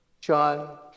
John